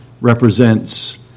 represents